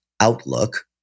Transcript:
outlook